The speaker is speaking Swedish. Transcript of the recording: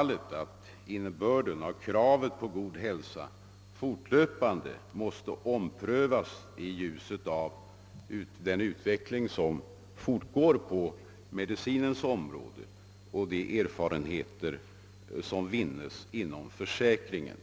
— att innebörden av kravet på god hälsa ' självfallet fortlöpande måste omprövas i ljuset av den utveckling som fortgår på medicinens område och de 'erfarenheter som vinnes inom sjukförsäkri ingen.